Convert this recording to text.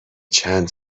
چند